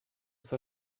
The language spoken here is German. zur